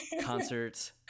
concerts